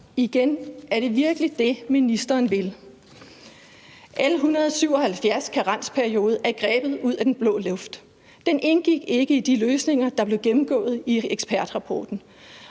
Igen: Er det virkelig det, ministeren vil? L 177's karensperiode er grebet ud af den blå luft. Den indgik ikke i de løsninger, der blev gennemgået i ekspertrapporten.